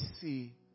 see